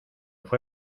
fué